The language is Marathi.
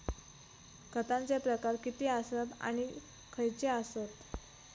खतांचे प्रकार किती आसत आणि खैचे आसत?